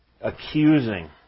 accusing